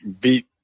beat